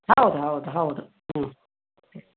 ಹೌದು ಹೌದು ಹೌದು ಹ್ಞೂ